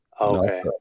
okay